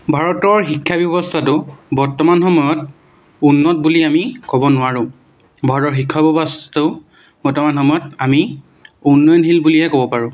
ভাৰতৰ শিক্ষা ব্যৱস্থাটোক বৰ্তমান সময়ত উন্নত বুলি আমি ক'ব নোৱাৰোঁ ভাৰতৰ শিক্ষা ব্যৱস্থাটো বৰ্তমান সময়ত আমি উন্নয়নশীল বুলিহে ক'ব পাৰোঁ